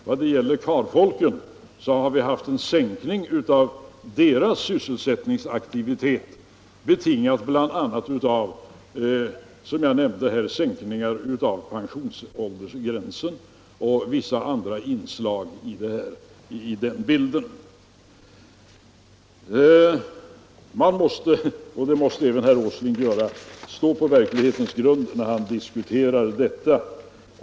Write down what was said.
När det gäller manfolken har det förekommit en sänkning av sysselsättningsaktiviteten, betingad bl.a. av sänkningen av pensionsåldersgränsen, som jag nämnde. Det finns också andra inslag i den bilden. Man måste stå på verklighetens grund när man diskuterar detta.